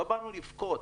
לא באנו לבכות.